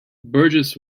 burgess